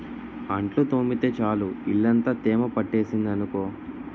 అంట్లు తోమితే చాలు ఇల్లంతా తేమ పట్టేసింది అనుకో